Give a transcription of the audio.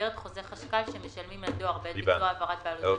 במסגרת חוזר החשב הכלל שמשלמים לדואר בעת ביצוע העברת בעלות בדואר.